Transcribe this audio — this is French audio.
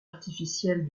artificielle